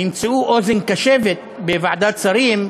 ימצאו אוזן קשבת בוועדת שרים,